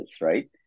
right